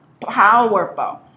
powerful